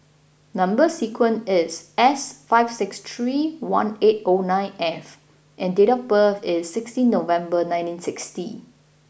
number sequence is S five six three one eight O nine F and date of birth is sixteen November nineteen sixty